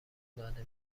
داده